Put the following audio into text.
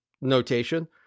notation